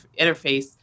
interface